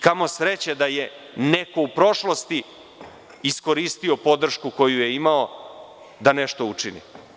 Kamo sreće da je neko u prošlosti iskoristio podršku koju je imao da nešto učini.